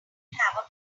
have